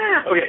Okay